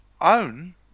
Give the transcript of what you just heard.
Own